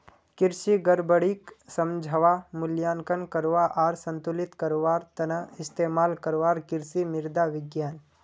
कृषि गड़बड़ीक समझवा, मूल्यांकन करवा आर संतुलित करवार त न इस्तमाल करवार कृषि मृदा विज्ञान